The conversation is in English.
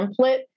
template